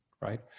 Right